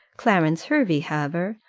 clarence hervey, however,